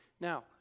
Now